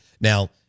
Now